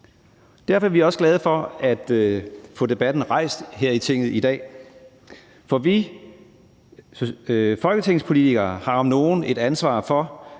Derfor er vi også glade for at få debatten rejst her i Tinget i dag, for vi folketingspolitikere har om nogen et ansvar for,